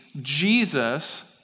Jesus